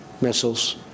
missiles